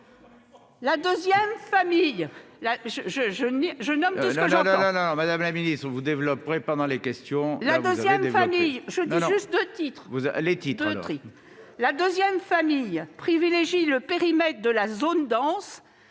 La deuxième option privilégie le périmètre de la zone dense,